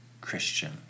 Christian